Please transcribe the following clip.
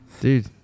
dude